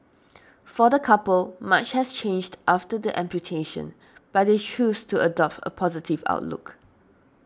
for the couple much has changed after the amputation but they choose to adopt a positive outlook